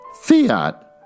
fiat